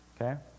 Okay